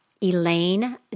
Elaine